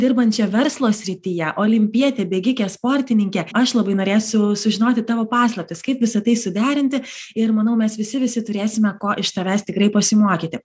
dirbančia verslo srityje olimpietė bėgikė sportininkė aš labai norėsiu sužinoti tavo paslaptis kaip visa tai suderinti ir manau mes visi visi turėsime ko iš tavęs tikrai pasimokyti